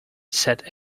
said